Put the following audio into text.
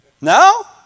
No